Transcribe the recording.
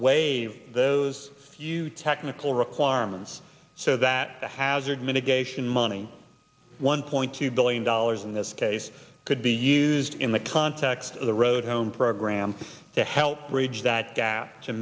waive those few technical requirements so that the hazard mitigation money one point two billion dollars in this case could be used in the context of the road home program to help bridge that gap to